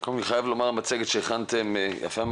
בכל המקרים האלה, היות